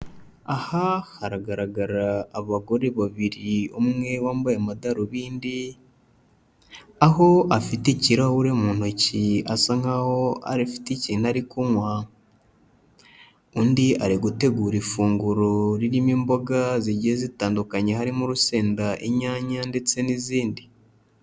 Aha haragaragara abagore babiri umwe wambaye amadarubindi, aho afite ikirahure mu ntoki asa nkaho afite ikintu ari kunywa, undi ari gutegura ifunguro ririmo imboga zigiye zitandukanye harimo urusenda, inyanya ndetse n'izindi.